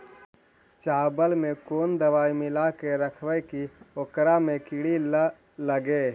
चावल में कोन दबाइ मिला के रखबै कि ओकरा में किड़ी ल लगे?